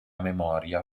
memoria